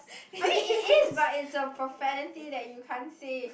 I mean it is but it's a profanity that you can't say